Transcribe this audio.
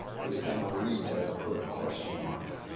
every time i read that, i put a question mark.